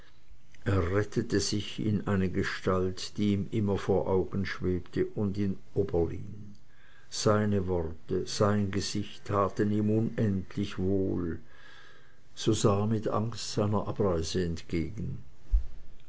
er rettete sich in eine gestalt die ihm immer vor augen schwebte und in oberlin seine worte sein gesicht taten ihm unendlich wohl so sah er mit angst seiner abreise entgegen